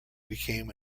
became